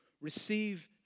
receive